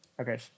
Okay